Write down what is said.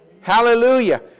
Hallelujah